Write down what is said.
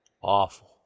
Awful